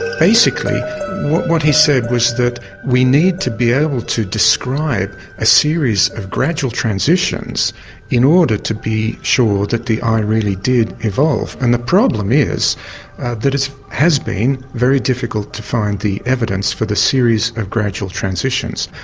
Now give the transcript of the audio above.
basically what he said was that we need to be able to describe a series of gradual transitions in order to be sure that the eye really did evolve, and the problem is that it has been very difficult to find the evidence for the series of gradual transitions.